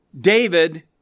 David